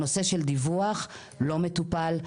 העניין של דיווח לא מטופל.